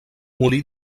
molí